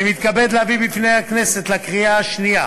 אני מתכבד להביא בפני הכנסת לקריאה שנייה